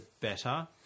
better